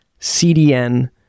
CDN